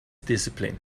discipline